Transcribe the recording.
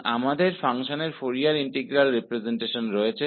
तो हमारे पास फ़ंक्शन का फोरियर इंटीग्रल रिप्रजेंटेशन है